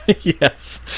Yes